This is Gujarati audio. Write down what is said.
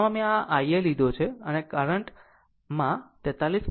આમ અમે આ IL લીધો છે અને કરંટ માં આ 43